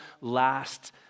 last